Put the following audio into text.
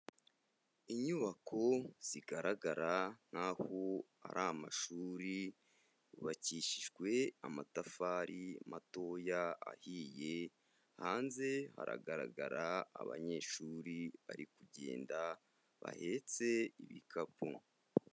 Inyubako zigaragara nk'aho ari amashuri, yubakishijwe amatafari matoya ahiye, hanze hagaragara abanyeshuri bari kugenda bahetse ibikapu.